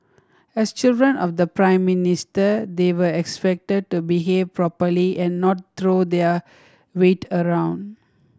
as children of the Prime Minister they were expected to behave properly and not throw their weight around